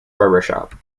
barbershop